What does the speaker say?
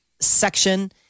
section